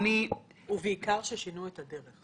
בעיקר ששינו את הדרך.